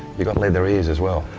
you've got leather ears as well.